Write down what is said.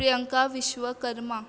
Priyanka Vishwakarma